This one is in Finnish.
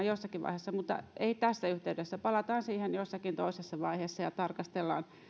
jossakin vaiheessa mutta ei tässä yhteydessä palataan siihen jossakin toisessa vaiheessa ja tarkastellaan